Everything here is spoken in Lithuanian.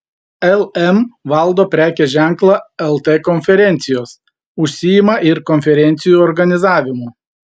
lm valdo prekės ženklą lt konferencijos užsiima ir konferencijų organizavimu